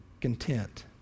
content